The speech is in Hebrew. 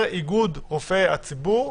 אומר איגוד רופאי הציבור: